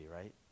right